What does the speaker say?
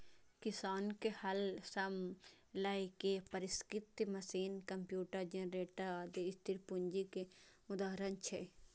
किसानक हल सं लए के परिष्कृत मशीन, कंप्यूटर, जेनरेटर, आदि स्थिर पूंजी के उदाहरण छियै